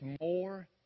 more